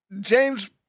James